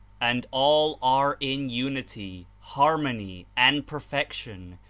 and all are in unity, harmony and perfection,